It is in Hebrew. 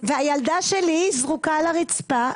והילדה שלי זרוקה על הרצפה.